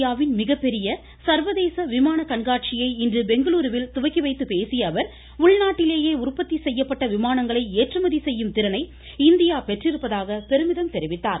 ஆசியாவின் மிகப்பெரிய சர்வதேச விமானக் கண்காட்சியைஇன்று பெங்களூருவில் துவக்கி வைத்து பேசிய அவர் உள்நாட்டிலேயே உற்பத்தி செய்யப்பட்ட விமானங்களை ஏற்றுமதி செய்யும் திறனை இந்தியா பெற்றிருப்பதாக பெருமிதம் தெரிவித்தார்